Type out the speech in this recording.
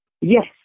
Yes